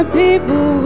people